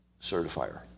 certifier